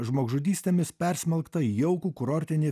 žmogžudystėmis persmelktą jaukų kurortinį